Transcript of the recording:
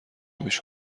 گوش